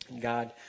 God